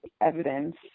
evidence